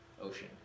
ocean